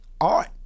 art